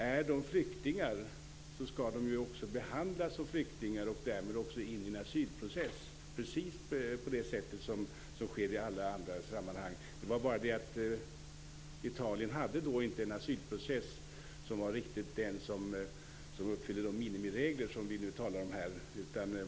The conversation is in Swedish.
Är de flyktingar skall de också behandlas som flyktingar och därmed också in i en asylprocess, precis på det sätt som sker i alla andra sammanhang. Det var bara det att Italien då inte hade en asylprocess som riktigt uppfyllde de minimiregler vi nu talar om.